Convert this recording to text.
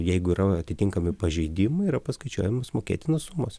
jeigu yra atitinkami pažeidimai yra paskaičiuojamos mokėtinos sumos